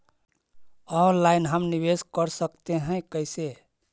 Online हम निवेश कर सकते है, कैसे?